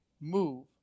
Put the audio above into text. move